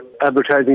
advertising